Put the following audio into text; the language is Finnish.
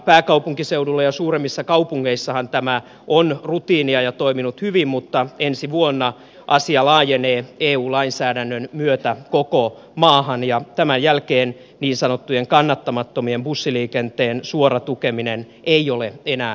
pääkaupunkiseudulla ja suuremmissa kaupungeissahan tämä on rutiinia ja toiminut hyvin mutta ensi vuonna asia laajenee eu lainsäädännön myötä koko maahan ja tämän jälkeen niin sanotun kannattamattoman bussiliikenteen suora tukeminen ei ole enää mahdollista